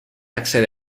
accede